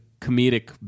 comedic